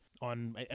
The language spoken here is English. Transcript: on